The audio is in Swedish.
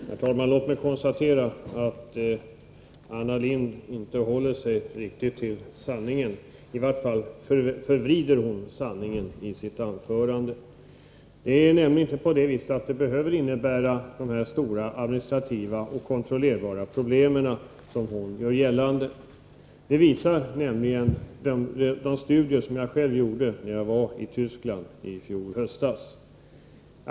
Herr talman! Låt mig konstatera att Anna Lindh inte håller sig riktigt till sanningen — i vart fall förvrider hon den i sitt anförande. Reformen behöver nämligen inte innebära sådana stora och okontrollerbara administrativa problem som hon gör gällande. Det visar de studier som jag själv gjorde när jag vari Tysklandi fjol höstas.